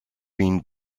been